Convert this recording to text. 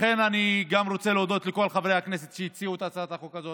לכן אני גם רוצה להודות לכל חברי הכנסת שהציעו את הצעת החוק הזאת: